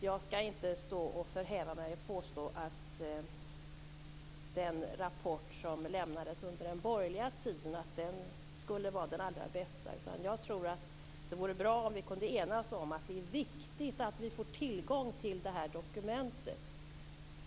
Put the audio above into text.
Jag skall inte stå här och förhäva mig och påstå att den rapport som lämnades under den borgerliga tiden skulle vara den allra bästa. Jag tror att det vore bra om vi kunde enas om att det är viktigt att vi får tillgång till det här dokumentet.